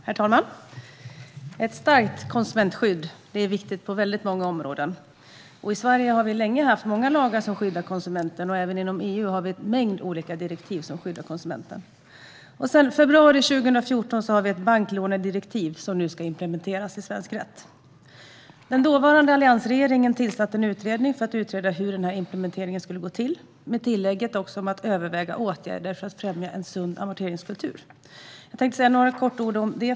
Herr talman! Ett starkt konsumentskydd är viktigt på många områden. I Sverige har vi länge haft många lagar som skyddar konsumenterna, och även inom EU finns en mängd direktiv för detta. Sedan februari 2014 finns ett banklånedirektiv som nu ska implementeras i svensk rätt. Den dåvarande alliansregeringen tillsatte en utredning för att undersöka hur denna implementering skulle gå till, med tillägget att även överväga åtgärder för att främja en sund amorteringskultur. Jag tänkte börja med att säga några ord om detta.